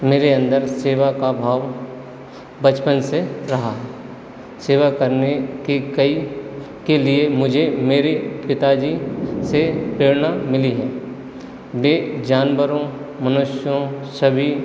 मेरे अंदर सेवा का भाव बचपन से रहा है सेवा करने के कई के लिए मुझे मेरे पिता जी से प्रेरणा मिली है वे जानवरों मनुष्यों सभी